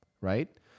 right